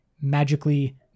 magically